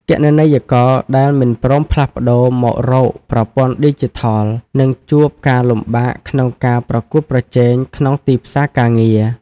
គណនេយ្យករដែលមិនព្រមផ្លាស់ប្តូរមករកប្រព័ន្ធឌីជីថល នឹងជួបការលំបាកក្នុងការប្រកួតប្រជែងក្នុងទីផ្សារការងារ។